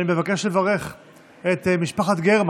אני מבקש לברך את משפחת גרמן,